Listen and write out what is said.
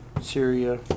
Syria